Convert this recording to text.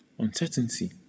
Uncertainty